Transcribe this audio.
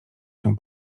się